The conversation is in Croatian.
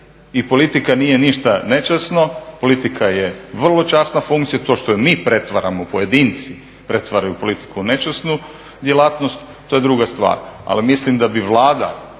i politika nije ništa nečasno, politika je vrlo časna funkcija. To što je mi pretvaramo, pojedinci pretvaraju politiku u nečasnu djelatnost, to je druga stvar. Ali mislim da bi Vlada